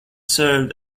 served